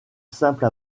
simple